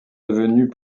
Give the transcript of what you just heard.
devenues